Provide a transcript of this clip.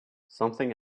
something